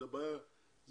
זו בעיה שלכם.